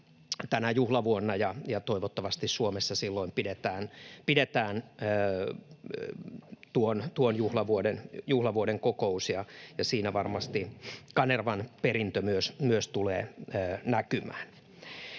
tänä juhlavuonna ja toivottavasti Suomessa silloin pidetään tuon juhlavuoden kokous, ja siinä varmasti Kanervan perintö myös tulee näkymään.